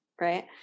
Right